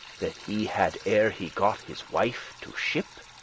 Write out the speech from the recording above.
that he had ere he got his wife to ship?